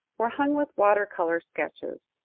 were hung with water-colour sketches,